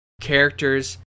characters